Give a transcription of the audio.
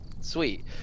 sweet